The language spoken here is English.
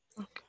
Okay